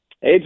Hey